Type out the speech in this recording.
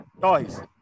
toys